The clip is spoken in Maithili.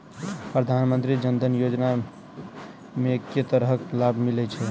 प्रधानमंत्री जनधन योजना मे केँ तरहक लाभ मिलय छै?